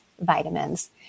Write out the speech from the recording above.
vitamins